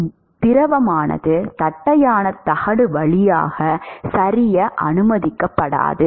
எனவே திரவமானது தட்டையான தகடு வழியாக சரிய அனுமதிக்கப்படாது